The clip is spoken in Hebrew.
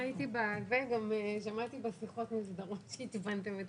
מעורבת בתהליך היישום כדי לראות שהדברים יצאו לדרך.